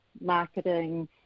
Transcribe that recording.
marketing